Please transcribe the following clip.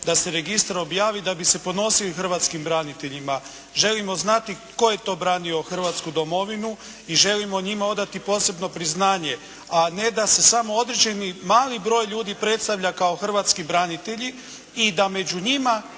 da se registar objavi da bi se ponosili hrvatskim braniteljima. Želimo znati tko je to branio Hrvatsku domovinu i želimo njima odati posebno priznanje a ne da se samo određeni mali broj ljudi predstavlja kao hrvatski branitelji i da među njima